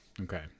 Okay